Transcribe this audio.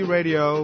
Radio